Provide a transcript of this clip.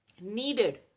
needed